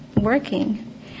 working